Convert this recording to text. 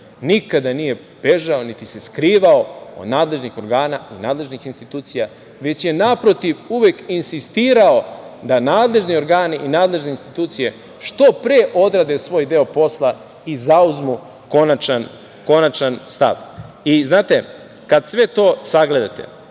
nikada nije bežao niti se skrivao od nadležnih organa i nadležnih institucija, već je naprotiv uvek insistirao da nadležni organi i nadležne institucije što pre odrade svoj deo posla i zauzmu konačan stav. Znate, kad sve to sagledate,